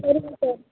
சரிங்க சார்